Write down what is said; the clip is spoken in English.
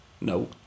No